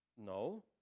No